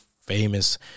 famous